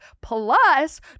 plus